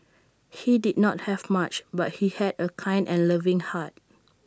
he did not have much but he had A kind and loving heart